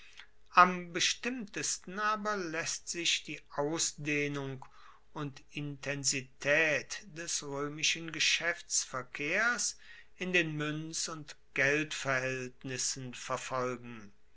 am bestimmtesten aber laesst sich die ausdehnung und intensitaet des roemischen geschaeftsverkehrs in den muenz und geldverhaeltnissen verfolgen